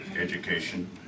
Education